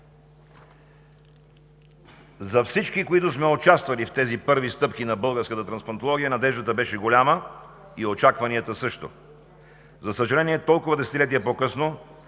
За всички, които сме участвали в тези първи стъпки на българската трансплантология, надеждата беше голяма и очакванията – също. За съжаление, толкова десетилетия по-късно